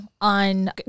on